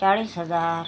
चाळीस हजार